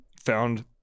found